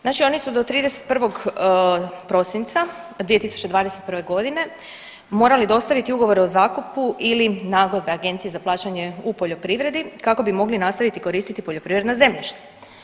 Znači oni su do 31. prosinca 2021. godine morali dostaviti ugovore o zakupu ili nagodbe Agenciji za plaćanje u poljoprivredi kako bi mogli nastaviti koristiti poljoprivredna zemljišta.